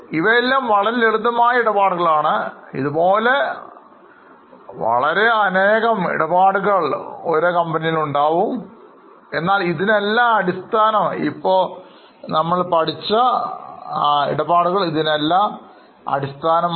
ഇവയെല്ലാം ലളിതമായ ഇടപാടുകളാണ് ഇതുപോലെ നൂറുകണക്കിന് ഇടപാടുകൾ എന്നാൽ ഇതിനെല്ലാം അടിസ്ഥാനം മനസ്സിലാക്കിയാൽ മറ്റു ഇടപാടുകളെല്ലാം എളുപ്പത്തിൽ മനസ്സിലാക്കാം